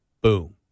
boom